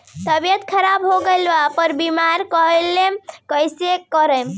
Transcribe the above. तबियत खराब होला पर बीमा क्लेम कैसे करम?